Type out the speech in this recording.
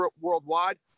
worldwide